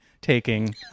taking